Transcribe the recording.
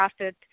crafted